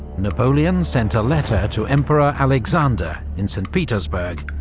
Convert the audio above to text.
napoleon sent a letter to emperor alexander in st. petersburg,